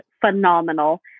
phenomenal